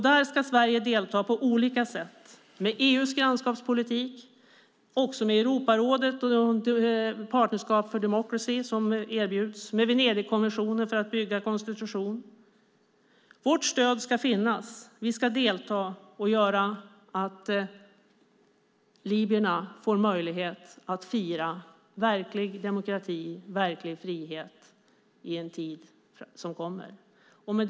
Där ska Sverige delta på olika sätt med EU:s grannskapspolitik, med Europarådet, med partnerskap för demokrati som erbjuds och med Venedigkommissionen för att bygga en konstitution. Vårt stöd ska finnas. Vi ska delta och göra att libyerna får möjlighet att fira verklig demokrati och verklig frihet i en tid som kommer. Herr talman!